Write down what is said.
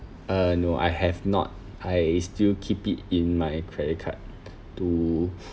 uh no I have not I still keep it in my credit card to